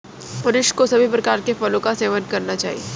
मनुष्य को सभी प्रकार के फलों का सेवन करना चाहिए